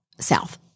south